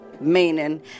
meaning